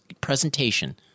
presentation